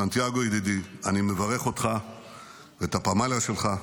סנטיאגו ידידי, אני מברך אותך ואת הפמליה שלך.